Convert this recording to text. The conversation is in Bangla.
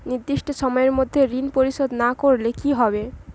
নির্দিষ্ট সময়ে মধ্যে ঋণ পরিশোধ না করলে কি হবে?